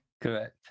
Correct